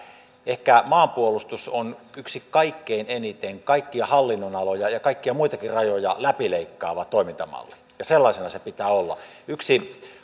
ehkä maanpuolustus on yksi kaikkein eniten kaikkia hallinnonaloja ja kaikkia muitakin rajoja läpileikkaava toimintamalli ja sellainen sen pitää olla yksi